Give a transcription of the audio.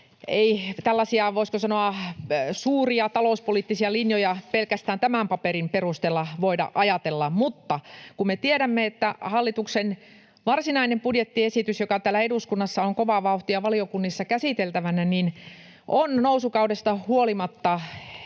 ei tällaisia, voisiko sanoa, suuria talouspoliittisia linjoja pelkästään tämän paperin perusteella voida ajatella. Mutta kun me tiedämme, että hallituksen varsinainen budjettiesitys, joka täällä eduskunnassa on kovaa vauhtia valiokunnissa käsiteltävänä, on nousukaudesta huolimatta